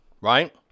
right